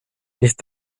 ist